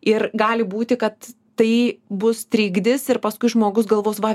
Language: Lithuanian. ir gali būti kad tai bus trigdis ir paskui žmogus galvos va